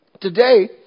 Today